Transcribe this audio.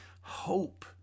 hope